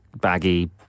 baggy